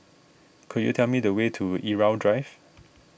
could you tell me the way to Irau Drive